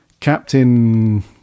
Captain